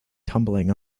tumbling